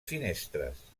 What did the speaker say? finestres